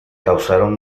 causaron